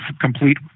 complete